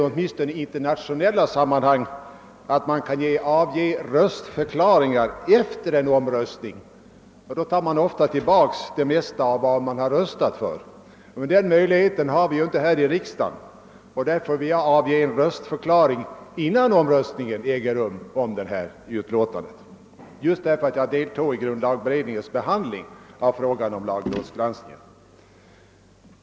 Åtminstone i internationella sammanhang kan man avge röstförklaringar efter en omröstning, och då tar man ofta tillbaka det mesta av vad man har röstat för, men den möjligheten har vi inte här i riksdagen, och därför vill jag avge en röstförklaring innan omröstningen om detta utlåtande äger rum, eftersom jag deltog i grundlagberedningens behandling av frågan om lagrådets granskning.